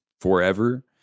forever